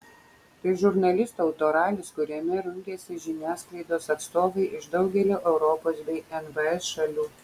tai žurnalistų autoralis kuriame rungiasi žiniasklaidos atstovai iš daugelio europos bei nvs šalių